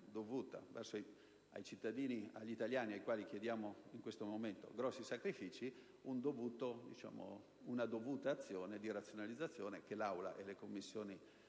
dei cittadini italiani ai quali chiediamo in questo momento grossi sacrifici e una dovuta azione di razionalizzazione, che l'Assemblea e le Commissioni